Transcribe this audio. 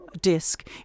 disc